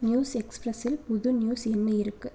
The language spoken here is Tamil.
நியூஸ் எக்ஸ்பிரஸில் புது நியூஸ் என்ன இருக்கு